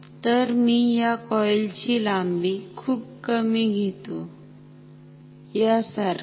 तर मी या कॉईल ची लांबी खूप कमी घेतो यासारखी